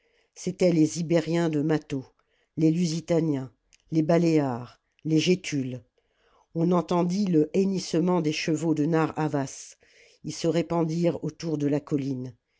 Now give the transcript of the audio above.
c'étaient les ibériens de mâtho les lusitaniens les baléares les gétules on entendit le hennissement des chevaux de narr'havas ils se répandirent autour de la colline